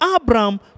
Abraham